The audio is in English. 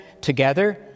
together